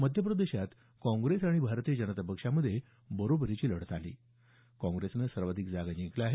मध्यप्रदेशात काँग्रेस आणि भारतीय जनता पक्षामध्ये बरोबरीची लढत झाली असून काँग्रेसनं सर्वाधिक जागा जिंकल्या आहेत